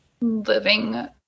living